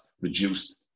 reduced